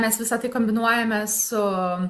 mes visa tai kombinuojame su